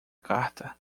carta